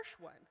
one